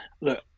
look